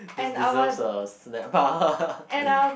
this deserves a snap